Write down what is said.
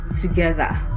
together